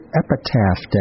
epitaph